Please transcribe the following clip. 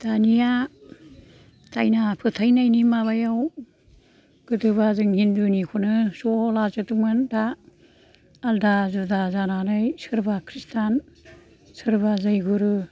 दानिया दायना फोथायनायनि माबायाव गोदोबा जों हिन्दुनिखौनो ज' लाजोबदोंमोन दा आलदा जुदा जानानै सोरबा खृष्टान सोरबा जयगुरु